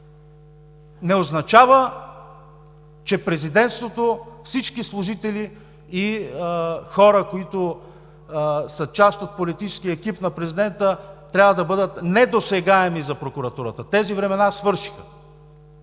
не означава, че президентството – всички служители и хора, които са част от политическия екип на президента, трябва да бъдат недосегаеми за прокуратурата. Тези времена свършиха!